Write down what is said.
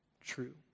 true